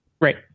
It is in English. Right